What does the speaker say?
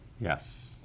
Yes